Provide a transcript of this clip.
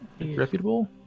reputable